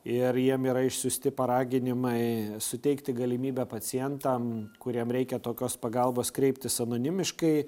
ir jiem yra išsiųsti paraginimai suteikti galimybę pacientam kuriem reikia tokios pagalbos kreiptis anonimiškai